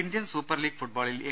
Indian super league ഫുട്ബോളിൽ A